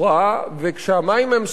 וכשהמים הם סחורה,